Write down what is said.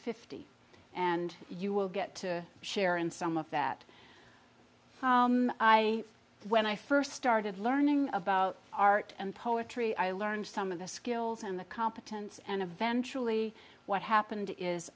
fifty and you will get to share in some of that i when i first started learning about art and poetry i learned some of the skills and the competence and eventually what happened is